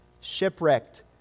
shipwrecked